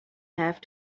have